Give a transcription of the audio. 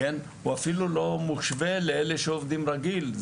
הוא אפילו לא מושווה לאלה שעובדים רגיל.